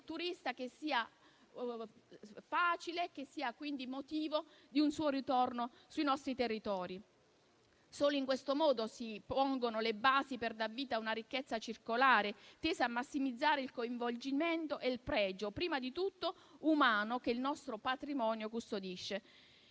facilita la vita del turista e lo motiva a tornare sui nostri territori. Solo in questo modo si pongono le basi per dar vita a una ricchezza circolare, tesa a massimizzare il coinvolgimento e il pregio, prima di tutto umano, che il nostro patrimonio custodisce.